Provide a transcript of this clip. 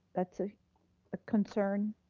that's a ah concern?